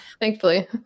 Thankfully